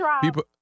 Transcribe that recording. people